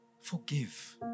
Forgive